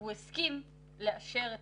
והוא הסכים לאשר את